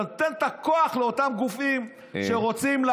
אתה נותן את הכוח לאותם גופים שרוצים לעקור,